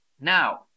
Now